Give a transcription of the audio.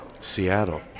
Seattle